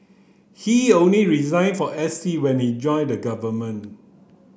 he only resigned for S T when he joined the government